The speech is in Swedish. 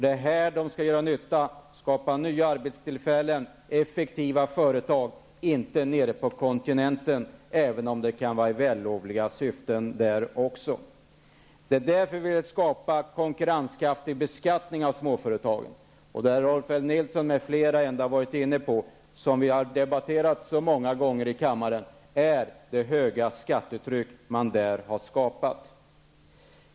Det är här det skall göra nytta, skapa nya arbetstillfällen och effektiva företag, inte nere på kontinenten, även om syftena även där kan vara vällovliga. Det är därför vi vill skapa konkurrenskraftig beskattning av småföretagen. Det Rolf L Nilson m.fl. har varit inne på, som vi har debatterat så många gånger i kammaren, är det höga skattetryck som har skapats.